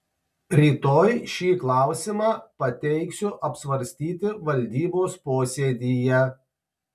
rytoj šį klausimą pateiksiu apsvarstyti valdybos posėdyje